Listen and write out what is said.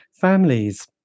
families